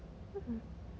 mm